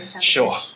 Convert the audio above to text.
Sure